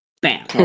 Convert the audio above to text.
Bam